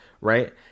Right